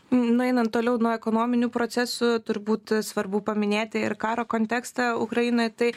nueinant toliau nuo ekonominių procesų turbūt svarbu paminėti ir karo kontekstą ukrainoj tai